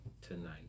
tonight